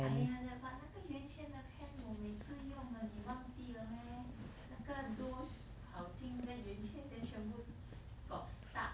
!aiya! that but 那个圆圈的 pan 我每次用了你忘记了 meh 那个 dough 跑进那个圆圈 then 全部 got stuck